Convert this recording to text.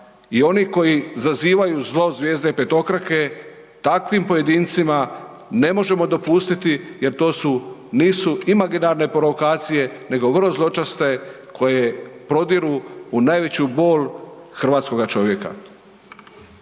i oni koji zazivaju zlo zvijezde petokrake takvim pojedincima ne možemo dopustiti jer to nisu imaginarne provokacije nego vrlo zločeste koje prodire u najveću bol hrvatskoga čovjeka.